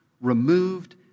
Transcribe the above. removed